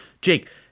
Jake